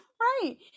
Right